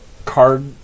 Card